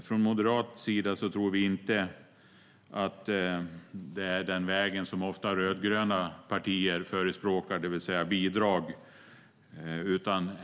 Från moderat sida tror vi inte att vi ska gå den väg som rödgröna partier ofta förespråkar, det vill säga bidrag.